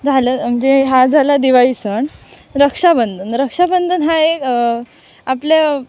झालं म्हणजे हा झाला दिवाळी सण रक्षाबंधन रक्षाबंधन हा एक आपल्या